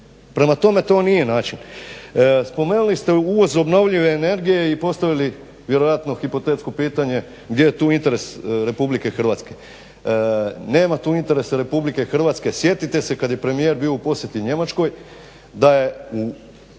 Prema tome to nije način. Spomenuli ste uvoz obnovljive energije i postavili vjerojatno hipotetsko pitanje, gdje je tu interes RH. nema tu interesa RH. sjetite se kada je premijer bio u posjeti Njemačkoj da je,